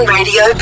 Radio